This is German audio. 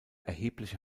erhebliche